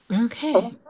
Okay